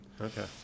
Okay